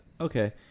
Okay